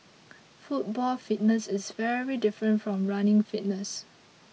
football fitness is very different from running fitness